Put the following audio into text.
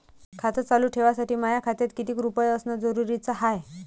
खातं चालू ठेवासाठी माया खात्यात कितीक रुपये असनं जरुरीच हाय?